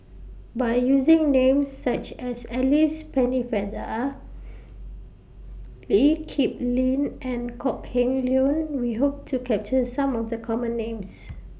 By using Names such as Alice Pennefather Lee Kip Lin and Kok Heng Leun We Hope to capture Some of The Common Names